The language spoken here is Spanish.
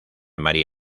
mari